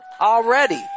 already